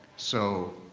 so,